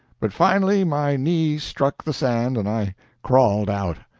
but finally my knee struck the sand and i crawled out.